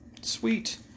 Sweet